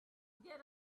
get